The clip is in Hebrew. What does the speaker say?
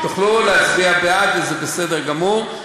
תוכלו להצביע בעד, וזה בסדר גמור.